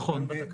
זה עוגן בתקנון?